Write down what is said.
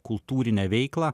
kultūrinę veiklą